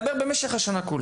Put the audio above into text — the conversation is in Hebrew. אבל אני מדבר על משך השנה כולה.